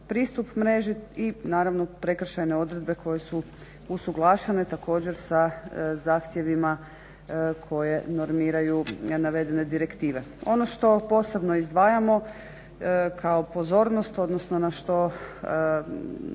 pristup mreži i naravno prekršajne odredbe koje su usuglašene također sa zahtjevima koje normiraju navedene direktive. Ono što posebno izdvajamo kao pozornost, odnosno na što